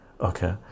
Okay